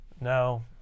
No